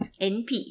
NP